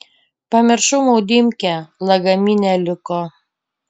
pamiršau maudymkę lagamine liko